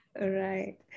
right